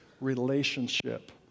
relationship